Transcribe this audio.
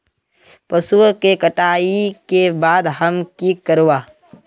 पशुओं के कटाई के बाद हम की करवा?